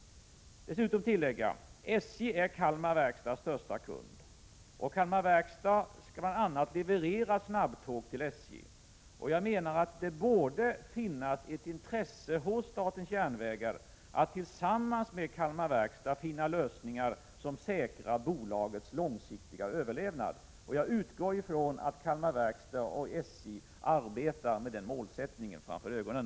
Jag vill dessutom tillägga att SJ är Kalmar Verkstads största kund KVAB skall bl.a. leverera snabbtåg till SJ. Det borde finnas ett intresse hos SJ att tillsammans med Kalmar Verkstad finna lösningar som säkrar bolagets långsiktiga överlevnad. Jag utgår från att Kalmar Verkstad och SJ arbetar med den målsättningen för ögonen.